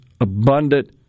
abundant